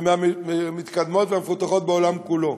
ומהמתקדמות והמפותחות בעולם כולו.